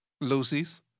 Lucy's